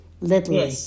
Little